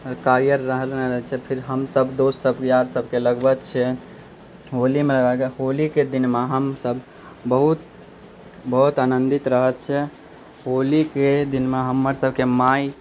कारी रङ्ग नहि रहैत छै फेर हम सभ दोस्त सभ यार सभके लगबैत छियै होलीमे होलीके दिनमे हम सभ बहुत बहुत आनंदित रहैत छियै होलीके दिनमे हमर सभकेँ माइ